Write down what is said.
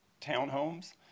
townhomes